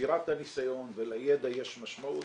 לצבירת הניסיון ולידע יש משמעות,